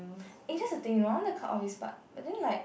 eh that's the thing you know I want to cut off this part but then like